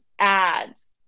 ads